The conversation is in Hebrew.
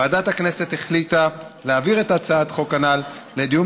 ועדת הכנסת החליטה להעביר את הצעת החוק הנ"ל לדיון